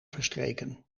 verstreken